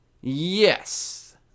yes